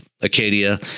Acadia